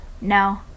No